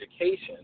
education